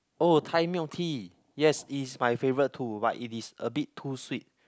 oh Thai milk tea yes is my favourite too but it is a bit too sweet